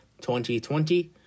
2020